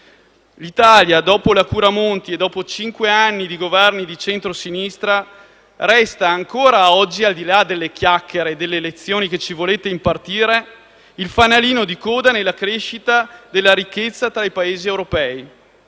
L'Italia, dopo la cura Monti e dopo cinque anni di Governi di centrosinistra, resta ancora oggi, al di là delle chiacchiere e delle lezioni che ci vogliono impartire, il fanalino di coda nella crescita della ricchezza tra i Paesi europei.